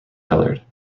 coloured